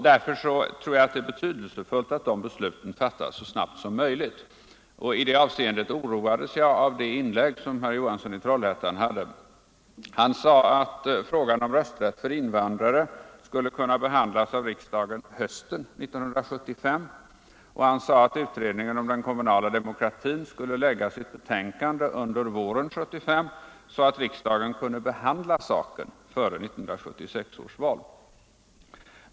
Därför är det betydelsefullt att de ändringsbesluten fattas så snabbt som möjligt, och i det avseendet oroades jag av herr Johanssons i Trollhättan inlägg, där han sade att frågan om rösträtt för invandrare skulle kunna behandlas i riksdagen på hösten 1975. Han sade också att utredningen om den kommunala demokratin skulle framlägga sitt betänkande under våren 1975, så att riksdagen kunde behandla ärendet före 1976 års val.